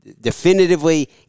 definitively